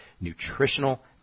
nutritional